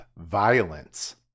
violence